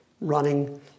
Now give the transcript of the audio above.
running